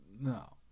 No